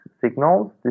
signals